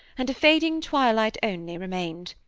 and a fading twilight only remained.